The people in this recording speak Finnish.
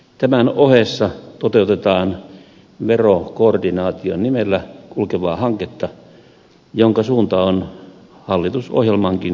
tämän ohessa toteutetaan verokoordinaation nimellä kulkevaa hanketta jonka suunta on hallitusohjelmankin sanoin selvä